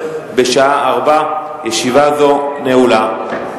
בשעה 16:00. ישיבה זו נעולה.